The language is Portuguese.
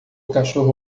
cachorro